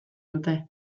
dute